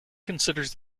considers